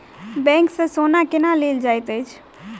bank सँ सोना केना लेल जाइत अछि